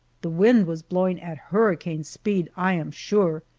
the wind was blowing at hurricane speed, i am sure,